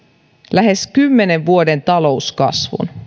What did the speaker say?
lähes kymmenen vuoden talouskasvun